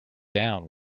down